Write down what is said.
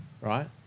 right